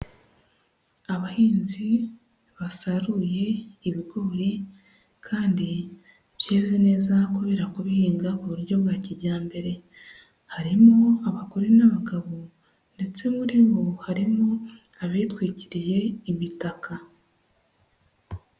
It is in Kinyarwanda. Abahinzi basaruye ibigori kandi byeze neza kubera kubihinga ku buryo bwa kijyambere, harimo abagore n'abagabo ndetse muri bo harimo abitwikiriye imitaka.